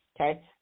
okay